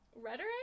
rhetoric